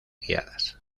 guiadas